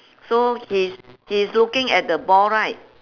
so he is he is looking at the ball right